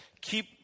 keep